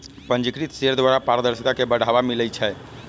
पंजीकृत शेयर द्वारा पारदर्शिता के बढ़ाबा मिलइ छै